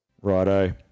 Righto